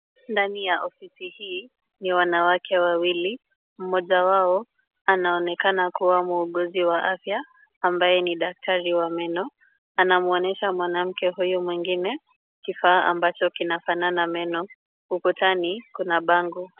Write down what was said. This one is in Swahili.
Ndani ya ofisi hii, ni wanawake wawili. Mmoja wao anaonekana kuwa muuguzi wa afya ambaye ni daktari wa meno. Anamwonyesha mwanamke huyu mwingine kifaa ambacho kinafanana na meno. Ukutani kuna bango.